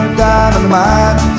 dynamite